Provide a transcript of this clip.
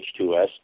H2S